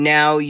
Now